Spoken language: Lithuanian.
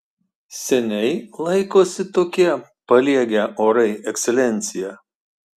seniai laikosi tokie paliegę orai ekscelencija